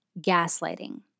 gaslighting